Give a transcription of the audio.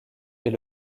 est